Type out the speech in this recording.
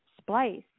Splice